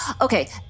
Okay